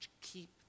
keep